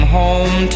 home